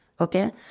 okay